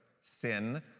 Sin